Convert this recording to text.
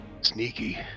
sneaky